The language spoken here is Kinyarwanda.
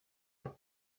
mba